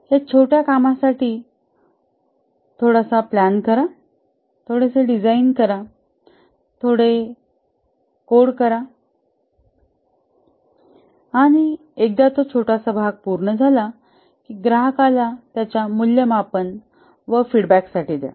या छोट्या कामासाठी थोडीशी प्लॅन करा थोडेसे डिझाइन करा थोडे कोड करा आणि एकदा तो छोटासा भाग पूर्ण झाला की ग्राहकाला त्याच्या मूल्यमापन व फीडबॅकासाठी द्या